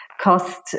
cost